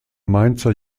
mainzer